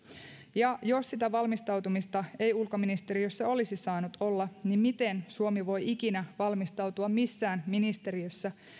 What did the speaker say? ja jos sitä valmistautumista ei ulkoministeriössä olisi saanut olla niin miten suomi voi ikinä valmistautua missään ministeriössä